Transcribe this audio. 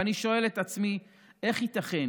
ואני שואל את עצמי: איך ייתכן